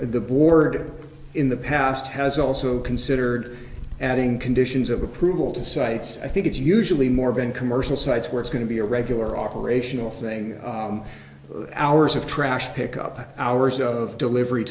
the border in the past has also considered adding conditions of approval to sites i think it's usually more of an commercial sites where it's going to be a regular operational thing hours of trash pick up hours of delivery